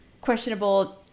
questionable